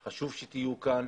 חשוב שתהיו כאן.